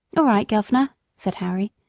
all right, governor, said harry,